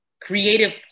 creative